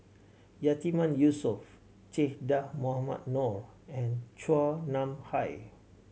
Yatiman Yusof Che Dah Mohamed Noor and Chua Nam Hai